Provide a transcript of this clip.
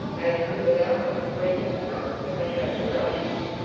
and without that, where can they go, they can't go anywhere else.